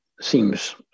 seems